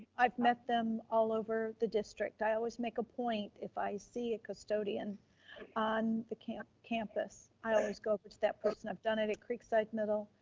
i've met them all over the district. i always make a point if i see a custodian on the campus, i always go over to that person. i've done it at creekside middle,